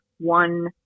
one